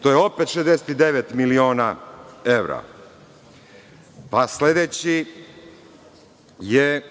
To je opet 69 miliona evra. Pa, sledeći je